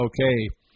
Okay